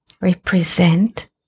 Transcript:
represent